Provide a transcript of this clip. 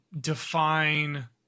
define